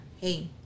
hey